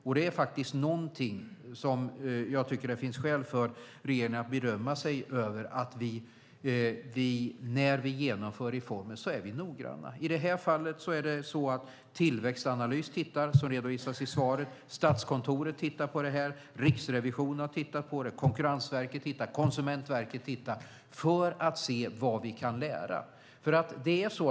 Och finns det något som jag tycker att det finns skäl för regeringen att berömma sig av är det att när vi genomför reformer är vi noggranna. I det här fallet tittar Tillväxtanalys på det här, som redovisas i svaret, liksom Statskontoret, Riksrevisionen, Konkurrensverket och Konsumentverket för att se vad vi kan lära.